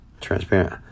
transparent